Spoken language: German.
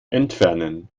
entfernen